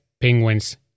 Penguins